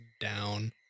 down